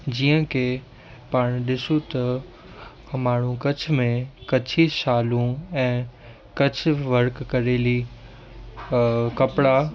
जीअं के पाण ॾिसूं त माण्हूं कच्छ में कच्छी शालूं ऐं कच्छ वर्क करेली कपिड़ा